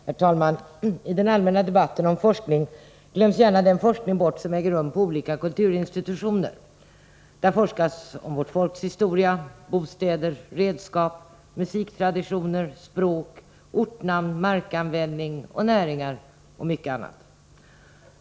Herr talman! I den allmänna debatten om forskning glöms gärna den forskning bort som äger rum på olika kulturinstitutioner. Där forskas om vårt folks historia, bostäder, redskap, musiktraditioner, språk, ortnamn, markanvändning, näringar och mycket annat.